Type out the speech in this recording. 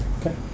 Okay